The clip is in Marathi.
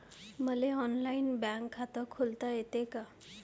मले ऑनलाईन बँक खात खोलता येते का?